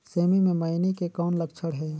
सेमी मे मईनी के कौन लक्षण हे?